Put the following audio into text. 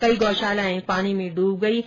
कई गौशालाएं पानी में डूब गई है